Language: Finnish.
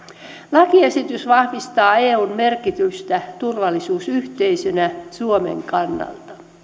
lakiesitys vahvistaa eun merkitystä turvallisuusyhteisönä suomen kannalta